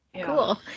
Cool